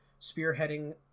spearheading